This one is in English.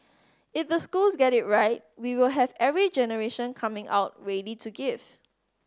if the schools get it right we will have every generation coming out ready to give